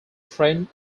friend